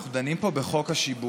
אנחנו דנים פה בחוק השיבוט,